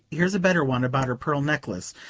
here's a better one about her pearl necklace,